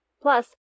Plus